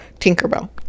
tinkerbell